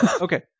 okay